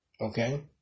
Okay